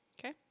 Okay